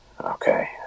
okay